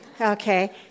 Okay